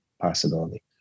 possibility